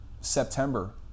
September